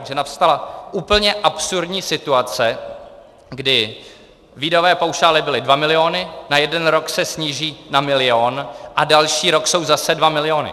Takže nastala úplně absurdní situace, kdy výdajové paušály byly dva miliony, na jeden rok se sníží na milion a další rok jsou zase dva miliony.